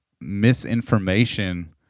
misinformation